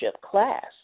class